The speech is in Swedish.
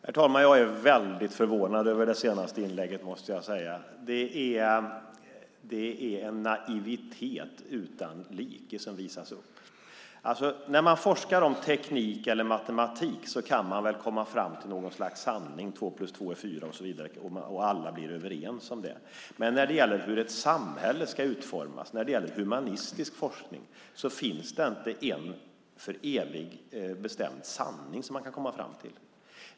Herr talman! Jag är mycket förvånad över det senaste inlägget. Det är en naivitet utan dess like som visas upp. När man forskar i teknik eller matematik kan man komma fram till något slags sanning, till exempel att två plus två är fyra, som alla är överens om. Men när det gäller hur ett samhälle ska utformas och humanistisk forskning finns det inte en för evigt bestämd sanning som man kan komma fram till.